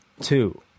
two